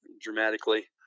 dramatically